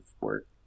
work